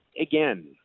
again